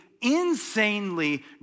insanely